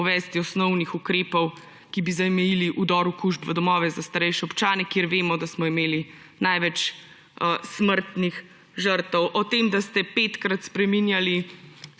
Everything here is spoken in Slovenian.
uvesti osnovnih ukrepov, ki bi zamejili vdor okužb v domove za starejše občane, kjer vemo, da smo imeli največ smrtnih žrtev. O tem, da ste petkrat spreminjali